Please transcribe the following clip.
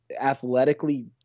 athletically